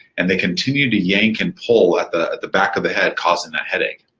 and they continue to yank and pull at the the back of the head, causing that headache.